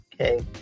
okay